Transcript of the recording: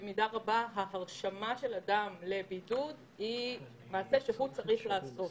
גם היום ההרשמה של אדם לבידוד היא משהו שהאדם צריך לעשות.